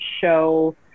show